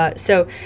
ah so,